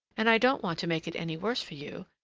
and i don't want to make it any worse for you.